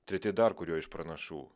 treti dar kuriuo iš pranašų